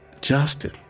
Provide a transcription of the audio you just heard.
Justin